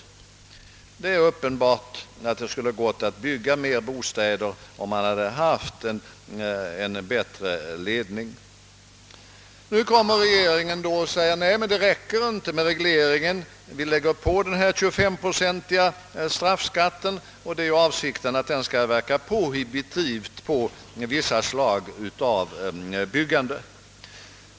Det är uppenbart att det skulle ha kunnat byggas betydligt mer bostäder om man haft en bättre ledning. Nu säger regeringen att det inte räcker med byggnadsregleringen utan att det också måste läggas på en 25-procentig straffskatt, som skall kunna verka prohibitivt på vissa slag av byggande.